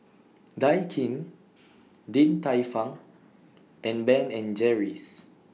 Daikin Din Tai Fung and Ben and Jerry's